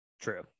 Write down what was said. true